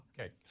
Okay